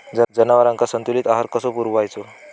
जनावरांका संतुलित आहार कसो पुरवायचो?